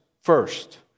first